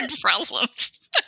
problems